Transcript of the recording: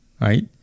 Right